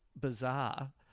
bizarre